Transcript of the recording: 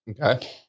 Okay